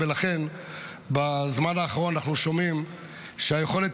ולכן בזמן האחרון אנחנו שומעים שהיכולת